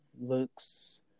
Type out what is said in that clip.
looks